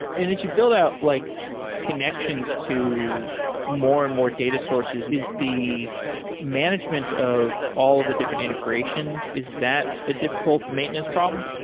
and as you build out like connections to more and more data sources, is the management of all of the different integrations, is that a difficult maintenance problem?